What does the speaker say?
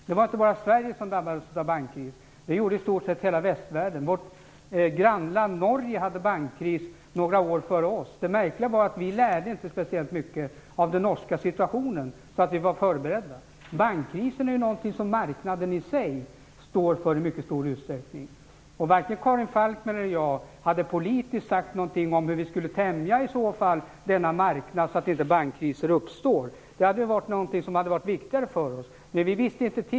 Det var inte bara Sverige som drabbades av bankkris. Det gjorde i stort sett hela västvärlden. Vårt grannland Norge hade bankkris några år före oss. Det märkliga var att vi inte lärde oss speciellt mycket av den norska situationen, så att vi var förberedda. Bankkrisen är någonting som marknaden i sig i mycket stor utsträckning står för. Varken Karin Falkmer eller jag sade något politiskt om hur vi skulle tämja denna marknad så att bankkriser inte skulle uppstå. Det hade varit viktigt för oss, men vi visste inte.